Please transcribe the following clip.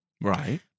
Right